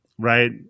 Right